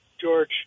George